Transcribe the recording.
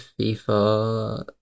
fifa